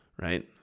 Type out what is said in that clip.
right